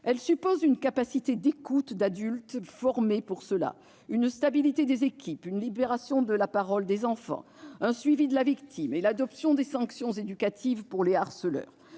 Elle suppose une capacité d'écoute qui est propre à des adultes formés pour cela, une stabilité des équipes, une libération de la parole des enfants, un suivi de la victime et l'adoption de sanctions éducatives contre les harceleurs.